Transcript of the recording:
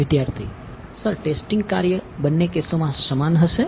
વિદ્યાર્થી sir testing કાર્ય બંને કેસોમાં સમાન હશે